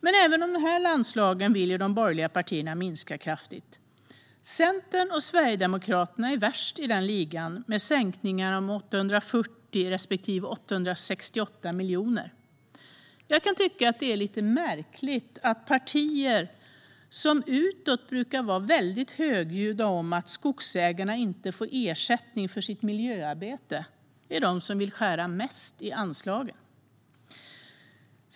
Men även detta anslag vill de borgerliga partierna minska kraftigt. Centern och Sverigedemokraterna är värst i den ligan med sänkningar om 840 respektive 868 miljoner. Jag kan tycka att det är lite märkligt att partier som utåt brukar vara väldigt högljudda om att skogsägarna inte får ersättning för sitt miljöarbete är de som vill skära mest i anslagen.